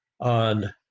on